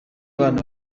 abana